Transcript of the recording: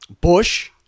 Bush